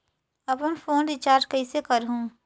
अपन phone recharge कइसे करहु?